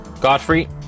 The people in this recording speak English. godfrey